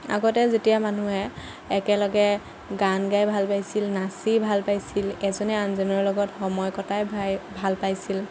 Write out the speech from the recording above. আগতে যেতিয়া মানুহে একেলগে গান গাই ভাল পাইছিল নাচি ভাল পাইছিল এজনে আনজনৰ লগত সময় কটাই ভাই ভাল পাইছিল